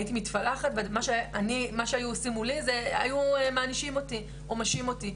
הייתי מתפלחת ומה שהיו עושים מולי הוא שהיה מענישים או משעים אותי,